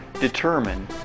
determine